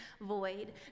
void